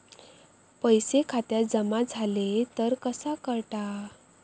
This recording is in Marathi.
पैसे खात्यात जमा झाले तर कसा कळता?